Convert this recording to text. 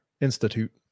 institute